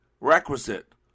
Requisite